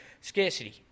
scarcity